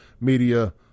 media